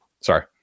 Sorry